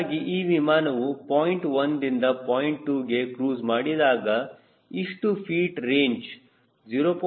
ಹೀಗಾಗಿ ಈ ವಿಮಾನವು ಪಾಯಿಂಟ್1 ದಿಂದ ಪಾಯಿಂಟ್2ಕೆ ಕ್ರೂಜ್ ಮಾಡಿದಾಗ ಇಷ್ಟು ಫೀಟ್ ರೇಂಜ್ 0